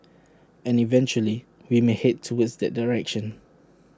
and eventually we may Head towards that direction